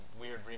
weird